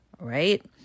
right